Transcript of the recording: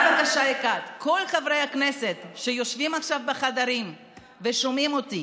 רק בקשה אחת: כל חברי הכנסת שיושבים עכשיו בחדרים ושומעים אותי,